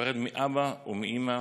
להיפרד מאבא ומאימא,